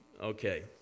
okay